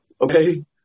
Okay